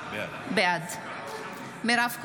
בעד מירב כהן,